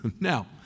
Now